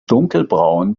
dunkelbraun